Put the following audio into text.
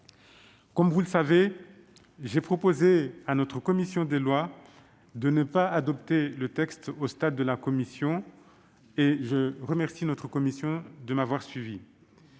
Comme vous le savez, j'ai proposé à la commission des lois de ne pas adopter le texte au stade de la commission et je remercie celle-ci de m'avoir suivi.